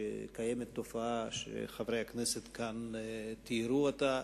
שקיימת תופעה שחברי הכנסת כאן תיארו אותה,